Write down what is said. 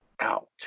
out